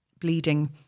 bleeding